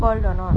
spoil or not